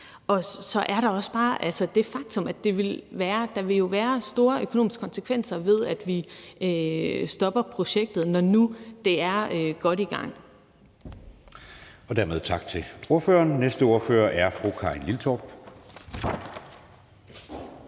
Og så er der også bare det faktum, at der jo vil være store økonomiske konsekvenser ved, at vi stopper projektet, når det nu er godt i gang. Kl. 20:10 Anden næstformand (Jeppe Søe): Dermed tak til ordføreren. Den næste ordfører er fru Karin Liltorp,